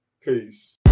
peace